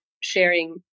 sharing